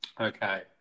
Okay